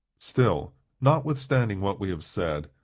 still, notwithstanding what we have said,